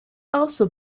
also